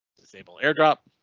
disable airdrop.